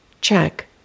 Check